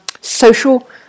social